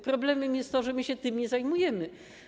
Problemem jest to, że się tym nie zajmujemy.